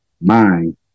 mind